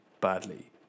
badly